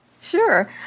Sure